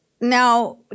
now